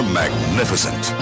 magnificent